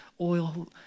oil